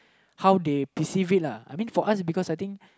how they perceive lah I mean for us because I think